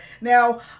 Now